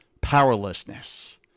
powerlessness